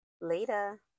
Later